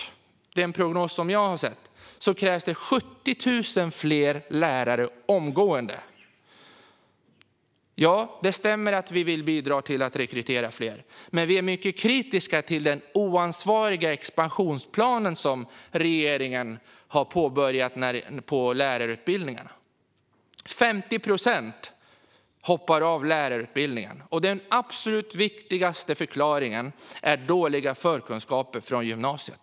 Enligt den prognos som jag har sett krävs det 70 000 fler lärare omgående. Det stämmer alltså att vi vill bidra till att rekrytera fler. Men vi är mycket kritiska till den oansvariga expansionsplan som regeringen har påbörjat av lärarutbildningarna. 50 procent hoppar av lärarutbildningen. Den absolut viktigaste förklaringen är dåliga förkunskaper från gymnasiet.